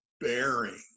bearing